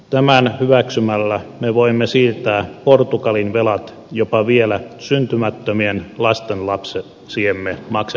tämän hyväksymällä me voimme siirtää portugalin velat jopa vielä syntymättömien lastenlapsiemme maksettavaksi